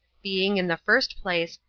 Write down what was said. being, in the first place,